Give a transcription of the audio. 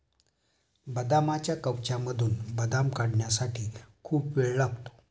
बदामाच्या कवचामधून बदाम काढण्यासाठी खूप वेळ लागतो